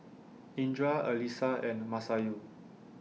Indra Alyssa and Masayu